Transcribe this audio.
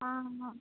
ஆ ஆமாம்